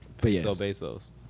Bezos